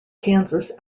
kansas